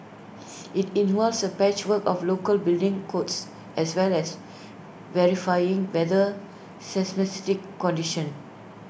IT involves A patchwork of local building codes as well as varying weather seismic conditions